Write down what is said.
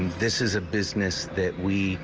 this is a business that we